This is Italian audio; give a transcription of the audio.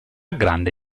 grande